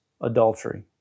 adultery